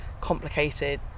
complicated